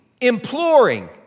imploring